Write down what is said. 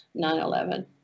9-11